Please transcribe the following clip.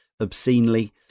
obscenely